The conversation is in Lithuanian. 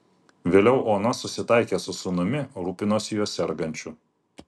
vėliau ona susitaikė su sūnumi rūpinosi juo sergančiu